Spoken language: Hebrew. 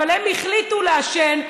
אבל הם החליטו לעשן,